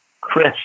Chris